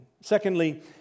Secondly